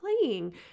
playing